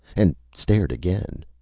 and stared again.